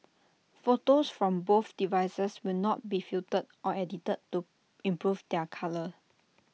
photos from both devices will not be filtered or edited to improve their colour